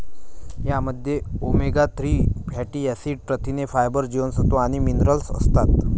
यामध्ये omega three fatty acid, प्रथिने, fibre, जीवनसत्व आणि मिनरल्स असतात